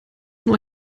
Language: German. nur